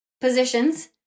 positions